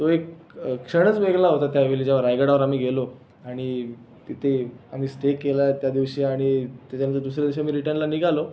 तो एक क्षणच वेगळा होता त्यावेळी जेव्हा रायगडावर आम्ही गेलो आणि तिथे आम्ही स्टे केला त्या दिवशी आणि त्याच्यानंतर दुसऱ्या दिवशी आम्ही रिटर्नला निघालो